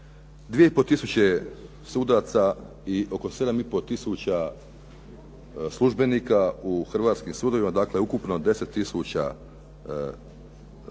2 500 sudaca i oko 7 500 službenika u hrvatskim sudovima, dakle ukupno 10 000 djelatnika